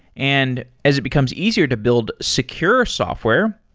and as it becomes easier to build secure software,